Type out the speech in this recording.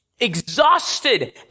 exhausted